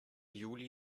juli